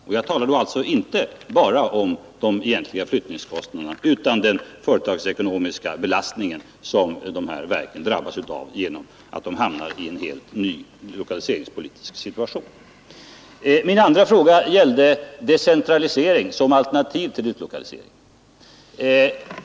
Och jag talar då alltså inte bara om de egentliga flyttningskostnaderna utan också om den företagsekonomiska belastning, som dessa verk kan drabbas av när de hamnar i en helt ny lokaliseringssituation. Min andra fråga gällde decentralisering som ett alternativ till utlokalisering.